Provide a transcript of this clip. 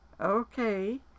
okay